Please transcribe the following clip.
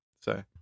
so-